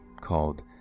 called